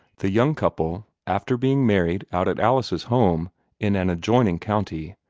the young couple after being married out at alice's home in an adjoining county,